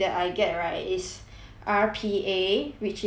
R_P_A which is robotic automation